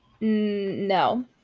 No